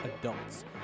adults